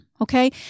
okay